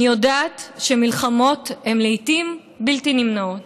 אני יודעת שמלחמות הן לעיתים בלתי נמנעות,